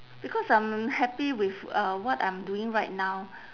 because I'm happy with uh what I'm doing right now